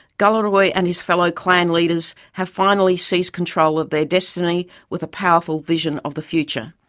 galarrwuy and his fellow clan leaders have finally seized control of their destiny with a powerful vision of the future.